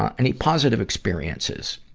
ah any positive experiences?